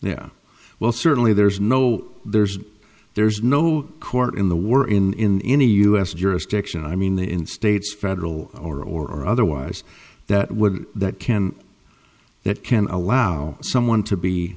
yeah well certainly there's no there's there's no court in the war in the us jurisdiction i mean in states federal or otherwise that would that can that can allow someone to be